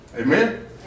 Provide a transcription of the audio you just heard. Amen